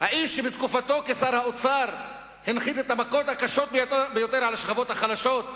האיש שבתקופתו כשר האוצר הנחית את המכות הקשות ביותר על השכבות החלשות,